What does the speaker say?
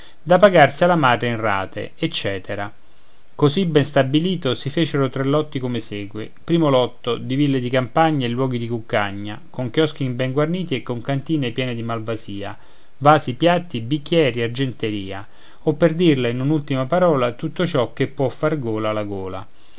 da pagarsi alla madre in rate eccetera così ben stabilito si fecero tre lotti come segue primo lotto di ville di campagna e luoghi di cuccagna con chioschi ben guarniti e con cantine piene di malvasia vasi piatti bicchieri argenteria o per dirla in un'ultima parola tutto ciò che può far gola alla gola